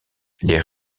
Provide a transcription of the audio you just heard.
les